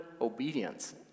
obedience